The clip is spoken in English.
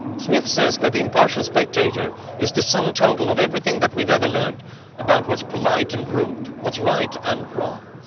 smith says that the impartial spectator is the sum total of everything that we've ever learned about what's polite and rude, what's right and wrong.